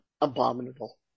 abominable